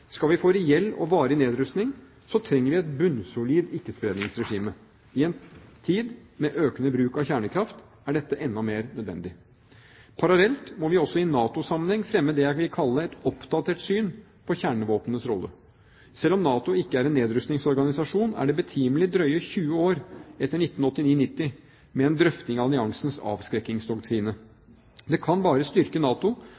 Skal vi få reell og varig nedrustning, så trenger vi et bunnsolid ikke-spredningsregime. I en tid med økende bruk av kjernekraft er dette enda mer nødvendig. Parallelt må vi også i NATO-sammenheng fremme det jeg vil kalle et oppdatert syn på kjernevåpnenes rolle. Selv om NATO ikke er en nedrustningsorganisasjon, er det betimelig – drøye 20 år etter 1989–90 – med en drøfting av alliansens avskrekkingsdoktrine. Det kan bare styrke NATO